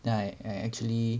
then I I actually